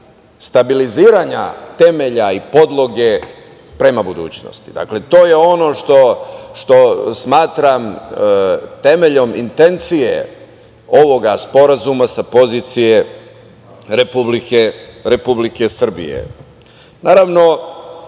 stabiliziranja temelja i podloge prema budućnosti. Dakle, to je ono što smatram temeljom intencije ovog sporazuma sa pozicije Republike Srbije. Naravno,